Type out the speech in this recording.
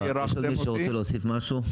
מישהו רוצה להוסיף משהו?